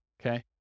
Okay